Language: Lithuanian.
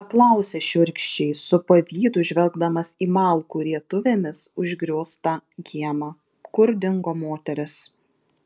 paklausė šiurkščiai su pavydu žvelgdamas į malkų rietuvėmis užgrioztą kiemą kur dingo moterys